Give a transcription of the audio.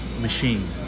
machine